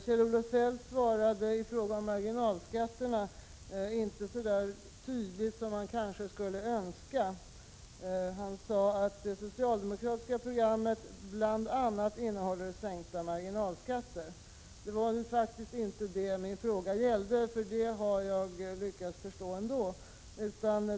Kjell-Olof Feldt svarade i fråga om marginalskatterna inte så där tydligt som man kanske skulle ha önskat. Han sade att det socialdemokratiska programmet bl.a. innehåller sänkta marginalskatter. Men min fråga gällde faktiskt inte detta, för det har jag lyckats förstå ändå.